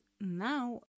now